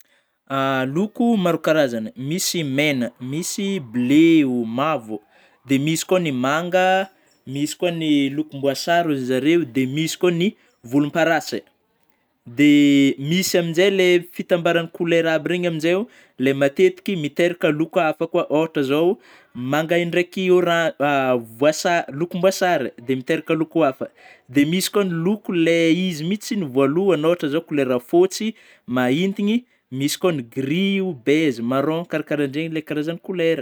loko maro karazana: misy mena misy bleu oh, mavo dia misy koa ny manga, misy koa ny lokomboasary ozy zareo, dia misy koa ny volom-parasy. Dia misy amzey ilay fitambaran'ny kolera aby regny amzey oh, le matetiky, miteraka loko hafa kôa, ôhatra zao manga indraiky oran- voasary-lokomboasary de miteraka loko hafa, de misy koa ny lôko ilay izy mihitsy no voalohany ôhatry zao kolera fotsy mahintiny, misy koa ny gris ou beige, marron karakaran-dreny karazagny kolera.